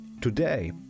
Today